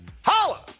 Holla